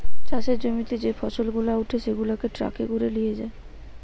চাষের জমিতে যে ফসল গুলা উঠে সেগুলাকে ট্রাকে করে নিয়ে যায়